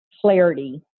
Clarity